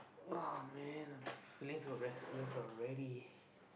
oh man I'm feeling so restless already